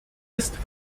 ist